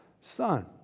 son